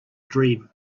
dream